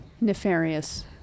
nefarious